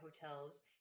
hotels